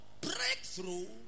breakthrough